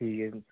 ਠੀਕ ਹੈ ਜੀ